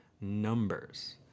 numbers